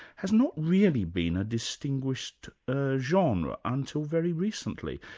has not really been a distinguished ah genre until very recently.